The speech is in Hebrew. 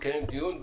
לקיים דיון,